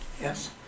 Yes